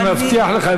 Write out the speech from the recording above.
אני מבטיח לכם,